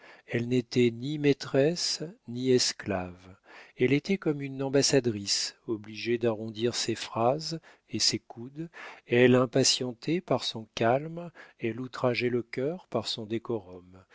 elle n'était ni maîtresse ni esclave elle était comme une ambassadrice obligée d'arrondir ses phrases et ses coudes elle impatientait par son calme elle outrageait le cœur par son décorum